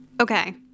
Okay